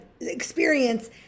experience